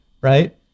right